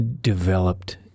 developed